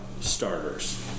starters